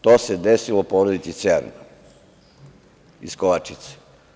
To se desilo porodici Cerna, iz Kovačice.